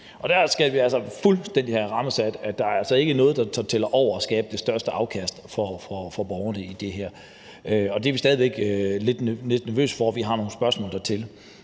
der skal vi altså fuldstændig have rammesat, at der ikke er noget, der tæller over at skabe det største afkast for borgerne i det her. Og det er vi stadig væk lidt nervøse for, og vi har nogle spørgsmål dertil,